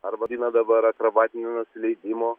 ar vadina dabar akrobatinio nusileidimo